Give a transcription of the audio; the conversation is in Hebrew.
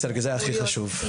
זה הדבר החשוב ביותר.